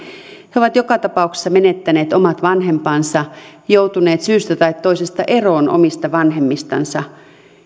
he ovat joka tapauksessa menettäneet omat vanhempansa joutuneet syystä tai toisesta eroon omista vanhemmistansa